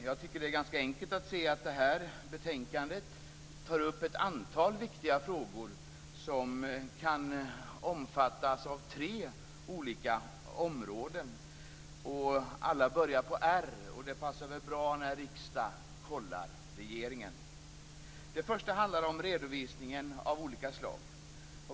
Jag tycker att det är ganska enkelt att se att det här betänkandet tar upp ett antal viktiga frågor som omfattar tre olika områden. Alla börjar på r, och det passar väl bra när riksdagen kollar regeringen. Det första handlar om redovisningen av olika slag.